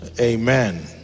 Amen